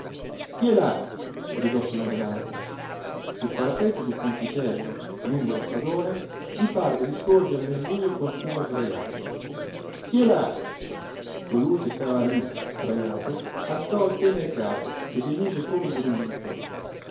là gridò simone lampo sul parapetto d'un ponticello lungo lo stradone gli parve di scorgere nel bujo qualcuno sdrajato chi è là colui che stava lì sdrajato alzò appena il capo ed emise come un grugnito